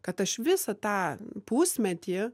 kad aš visą tą pusmetį